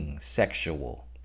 Sexual